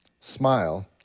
smile